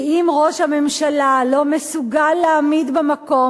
כי אם ראש הממשלה לא מסוגל להעמיד במקום